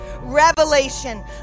Revelation